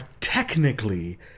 Technically